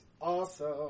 awesome